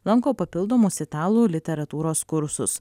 lanko papildomus italų literatūros kursus